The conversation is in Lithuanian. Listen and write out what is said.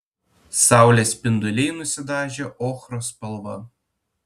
saulės spinduliai nusidažė ochros spalva